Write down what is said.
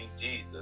Jesus